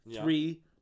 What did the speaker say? three